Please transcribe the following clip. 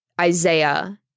Isaiah